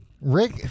Rick